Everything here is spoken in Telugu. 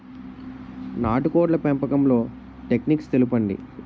నాటుకోడ్ల పెంపకంలో టెక్నిక్స్ తెలుపండి?